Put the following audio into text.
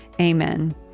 Amen